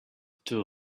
too